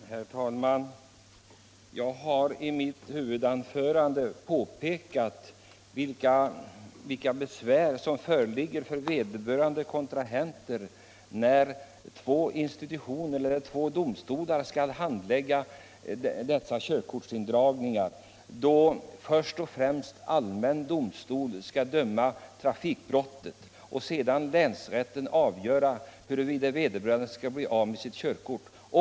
Herr talman! Jag har i mitt huvudanförande påpekat vilka svårigheter som föreligger för en körkortshavare om två domstolar skall handlägga frågan om körkortsindragning. Först skall då allmän domstol döma i trafikbrottet och sedan skall länsrätten avgöra huruvida vederbörande skall bli av med sitt körkort.